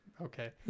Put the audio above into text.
Okay